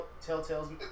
Telltale's